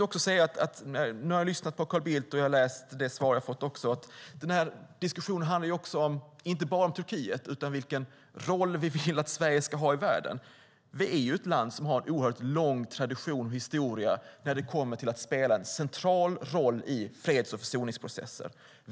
Nu har jag lyssnat på Carl Bildt och läst det svar jag fått. Diskussionen handlar inte bara om Turkiet utan om vilken roll vi vill att Sverige ska ha i världen. Vi är ett land som har en lång tradition och historia av att spela en central roll i freds och försoningsprocesser.